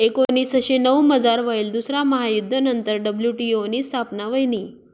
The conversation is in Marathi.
एकोनीसशे नऊमझार व्हयेल दुसरा महायुध्द नंतर डब्ल्यू.टी.ओ नी स्थापना व्हयनी